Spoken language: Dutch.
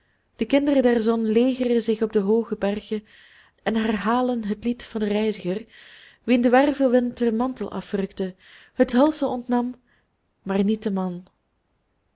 de kinderen der zon legeren zich op de hooge bergen en herhalen het lied van den reiziger wien de wervelwind den mantel afrukte het hulsel ontnam maar niet den man